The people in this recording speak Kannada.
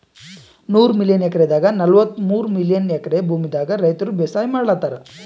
ನೂರ್ ಮಿಲಿಯನ್ ಎಕ್ರೆದಾಗ್ ನಲ್ವತ್ತಮೂರ್ ಮಿಲಿಯನ್ ಎಕ್ರೆ ಭೂಮಿದಾಗ್ ರೈತರ್ ಬೇಸಾಯ್ ಮಾಡ್ಲತಾರ್